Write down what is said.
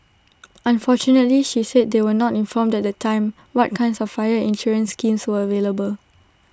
unfortunately she said they were not informed at the time what kinds of fire insurance schemes were available